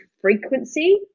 frequency